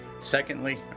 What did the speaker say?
Secondly